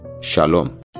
shalom